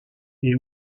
est